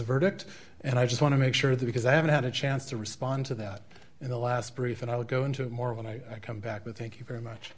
verdict and i just want to make sure that because i haven't had a chance to respond to that in the last brief and i will go into it more when i come back with thank you very much